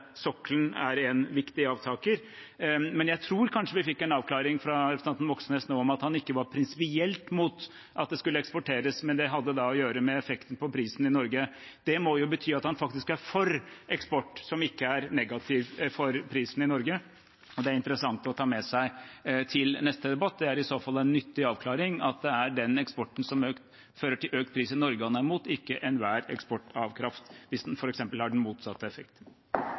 sokkelen er en viktig avtaker. Men jeg tror kanskje vi fikk en avklaring fra representanten Moxnes nå om at han ikke var prinsipielt mot at det skulle eksporteres, men det hadde da å gjøre med effekten på prisen i Norge. Det må bety at han faktisk er for eksport som ikke er negativ for prisen i Norge, og det er interessant å ta med seg til neste debatt. Det er i så fall en nyttig avklaring: at det er den eksporten som fører til økt pris i Norge, han er mot – ikke enhver eksport av kraft hvis den f.eks. har den motsatte